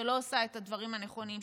שלא עושה את הדברים הנכונים,